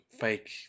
fake